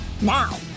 Now